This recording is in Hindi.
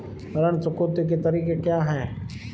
ऋण चुकौती के तरीके क्या हैं?